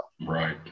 right